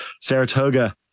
Saratoga